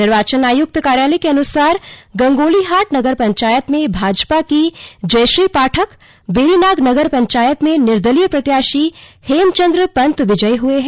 निर्वाचन आयुक्त कार्यालय के अनुसार गंगोलीहाट नगर पंचायत में भाजपा की जयश्री पाठक बेरीनाग नगर पंचायत में निर्दल प्रत्याशी हेमचेंद्र पंत विजयी हुए हैं